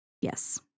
yes